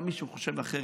גם מי שחושב אחרת,